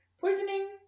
Poisoning